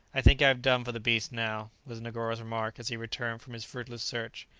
i think i have done for the beast now, was negoro's remark as he returned from his fruitless search.